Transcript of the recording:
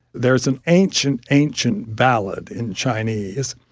there is an ancient, ancient ballad in chinese.